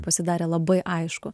pasidarė labai aišku